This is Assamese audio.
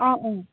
অঁ অঁ